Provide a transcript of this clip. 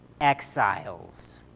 exiles